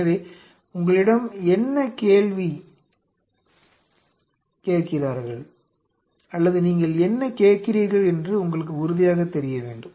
எனவே உங்களிடம் என்ன கேள்வி கேட்கிறார்கள் அல்லது நீங்கள் என்ன கேட்கிறீர்கள் என்று உங்களுக்கு உறுதியாகத் தெரிய வேண்டும்